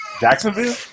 Jacksonville